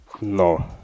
No